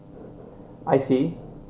I see